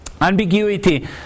ambiguity